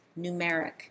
numeric